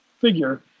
figure